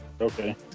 Okay